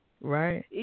right